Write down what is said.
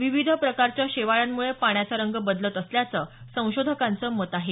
विविध प्रकारच्या शेवाळामुळे पाण्याचा रंग बदलत असल्याचं संशोधकांचं मत आहे